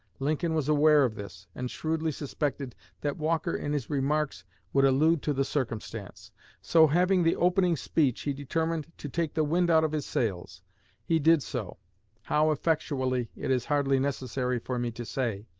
lincoln was aware of this, and shrewdly suspected that walker in his remarks would allude to the circumstance so, having the opening speech, he determined to take the wind out of his sails he did so how effectually, it is hardly necessary for me to say.